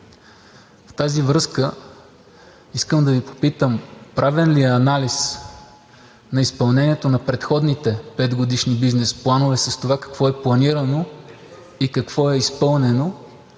с това искам да Ви попитам: правен ли е анализ на изпълнението на предходните 5 годишни бизнес планове с това какво е планирано? Какво е изпълнено?